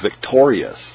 victorious